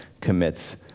commits